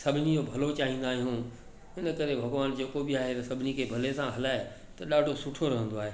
सभिनी जो भलो चाहींदा आहियूं इन करे त भॻवानु जेको बि आहे त सभिनी खे हले सां हलाए त ॾाढो सुठो रहंदो आहे